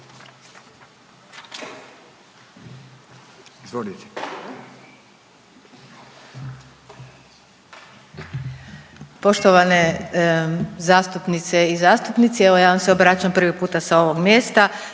Poštovane zastupnice i zastupnici. Evo ja vam se obraćam prvi puta sa ovog mjesta.